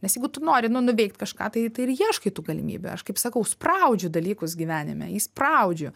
nes jeigu tu nori nu nuveikt kažką tai tai ir ieškai tų galimybių aš kaip sakau spraudžiu dalykus gyvenime įspaudžiu